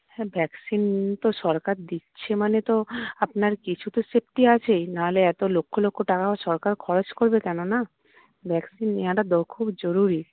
vaccine তো সরকার দিচ্ছে মানে তো আপনার কিছু তো সেফটি আছেই নাহলে এত লক্ষ লক্ষ টাকা সরকার খরচ করবে কেন না ভ্যাকসিন নেওয়াটা খুব জরুরি